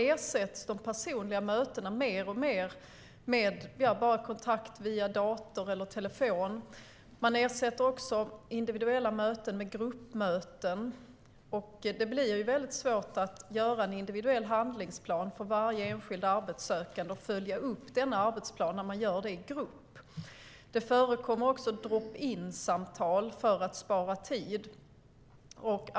De personliga mötena ersätts mer och mer med kontakt via dator eller telefon. Man ersätter också individuella möten med gruppmöten. Det blir väldigt svårt att göra en individuell handlingsplan för varje enskild arbetssökande och följa upp den när det sker i grupp. Det förekommer också drop-in-samtal för att spara tid.